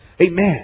Amen